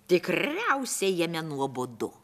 tikriausiai jame nuobodu